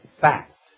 fact